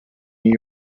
new